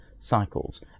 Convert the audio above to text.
cycles